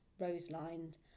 rose-lined